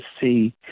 see